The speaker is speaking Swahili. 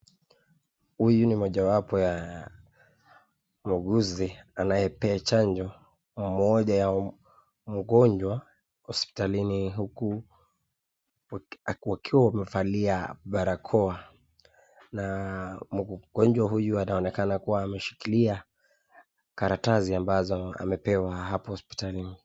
Huyu ni mojawapo ya muuguzi anayepea chanjo mmoja ya mgonjwa hospitalini huku akiwa amevalia barakoa. Na mgonjwa huyu anaonekana kuwa ameshikilia karatasi ambazo amepewa hapo hospitalini.